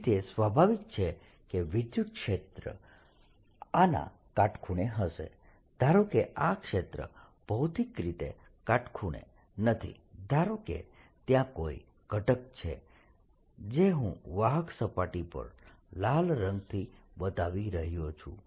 તેથી તે સ્વાભાવિક છે કે વિદ્યુતક્ષેત્ર આના કાટખૂણે હશે ધારો કે આ ક્ષેત્ર ભૌતિક રીતે કાટખૂણે નથી ધારો કે ત્યાં કોઈ ઘટક છે જે હું વાહક સપાટી પર લાલ રંગથી બતાવી રહ્યો છું